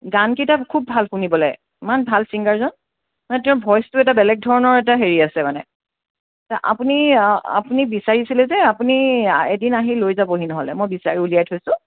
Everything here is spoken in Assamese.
গানকেইটা খুব ভাল শুনিবলৈ ইমান ভাল ছিংগাৰজন মানে তেওঁৰ ভইচটো এটা বেলেগ ধৰণৰ এটা হেৰি আছে মানে আপুনি আপুনি বিচাৰিছিলে যে আপুনি এদিন আহি লৈ যাবহি নহ'লে মই বিচাৰি উলিয়াই থৈছোঁ